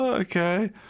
okay